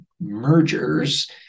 mergers